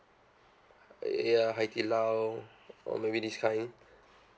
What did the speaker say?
ya hai di lao or maybe this kind